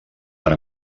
per